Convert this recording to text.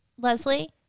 Leslie